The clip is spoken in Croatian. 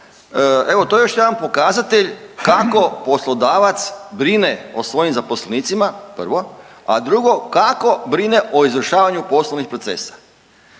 Evo to je još jedan pokazatelj kako poslodavac brine o svojim zaposlenicima prvo, a drugo kako brine o izvršavanju poslovnih procesa.